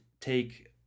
take